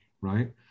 right